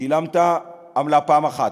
שילמת עמלה פעם אחת,